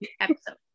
episode